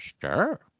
sure